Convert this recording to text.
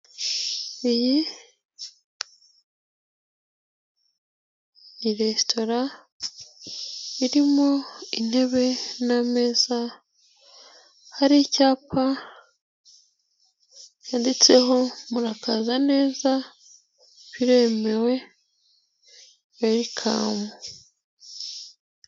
Iyi ni resitora irimo intebe n'ameza, hari icyapa yanditseho murakaza neza biremewe werikamu.